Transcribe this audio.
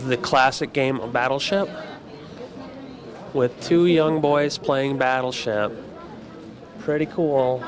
the classic game of battleship with two young boys playing battleship pretty cool